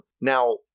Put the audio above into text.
Now